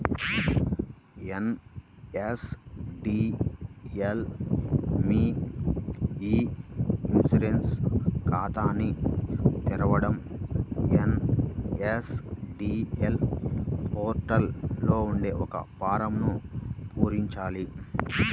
NSDL మీ e insurance ఖాతాని తెరవడం ఎన్.ఎస్.డి.ఎల్ పోర్టల్ లో ఉండే ఒక ఫారమ్ను పూరించాలి